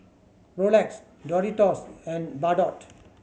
Rolex Doritos and Bardot